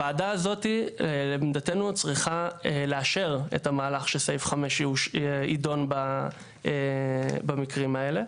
הוועדה הזאת לעמדתנו צריכה לאשר את המהלך שסעיף (5) ידון במקרים האלה.